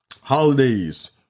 holidays